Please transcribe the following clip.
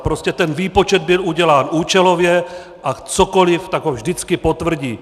Prostě ten výpočet byl udělán účelově a cokoli, tak ho vždycky potvrdí.